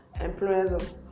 employers